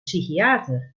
psychiater